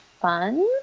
fun